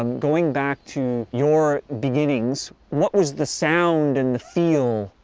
um going back to your beginnings. what was the sound and the feel,